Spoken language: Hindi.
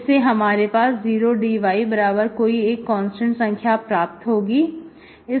इससे हमारे पास 0dy बराबर कोई एक कांस्टेंट संख्या प्राप्त होगी